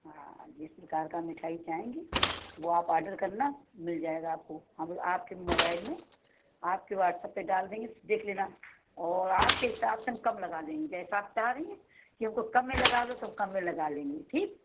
हाँ जिस प्रकार का मिठाई चाहेंगे वह आप आर्डर करना मिल जाएगा आपको हम आपके मोबाइल में आपके व्हाट्सअप में डाल देंगे आप देख लेना और आपके हिसाब से हम कम लगा देंगे जैसा आप चाह रहीं हैं कि हमको कम में लगा लो तो हम कम में लगा लेंगे